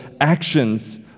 actions